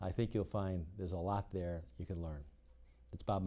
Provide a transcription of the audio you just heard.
i think you'll find there's a lot there you can learn